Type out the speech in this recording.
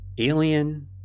alien